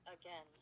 again